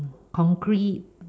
concrete